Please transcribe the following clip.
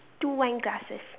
two wine glasses